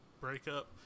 breakup